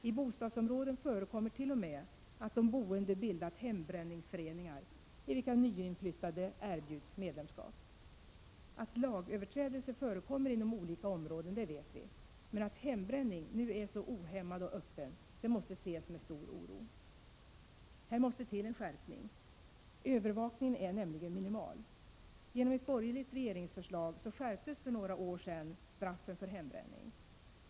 I bostadsområden förekommer t.o.m. att de boende bildat hembränningsföreningar, i vilka nyinflyttade erbjuds medlemskap. Att lagöverträdelser förekommer inom olika områden vet vi, men att hembränningen nu är så ohämmad och öppen måste ses med stor oro. Här måste till en skärpning. Övervakningen är nämligen minimal. Genom ett borgerligt regeringsförslag skärptes för några år sedan straffen för hembränning.